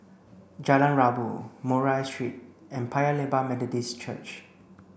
Jalan Rabu Murray Street and Paya Lebar Methodist Church